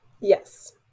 Yes